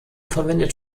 verwendet